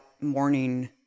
morning